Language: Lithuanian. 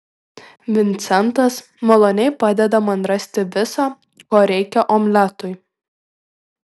vincentas maloniai padeda man rasti visa ko reikia omletui